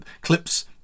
clips